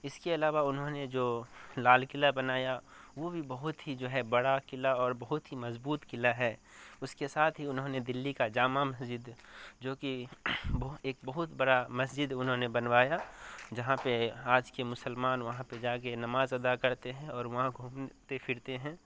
اس کے علاوہ انہوں نے جو لال قلعہ بنایا وہ بھی بہت ہی جو ہے بڑا قلعہ اور بہت ہی مضبوط قلعہ ہے اس کے ساتھ ہی انہوں نے دلی کا جامع مسجد جو کہ ایک بہت بڑا مسجد انہوں نے بنوایا جہاں پہ آج کے مسلمان وہاں پہ جا کے نماز ادا کرتے ہیں اور وہاں گھومتے پھرتے ہیں